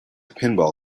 pinball